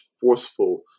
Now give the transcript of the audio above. forceful